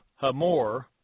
Hamor